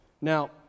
Now